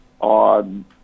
on